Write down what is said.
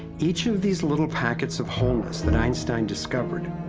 each of these little packets of wholeness, that einstein discovered,